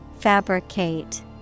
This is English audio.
Fabricate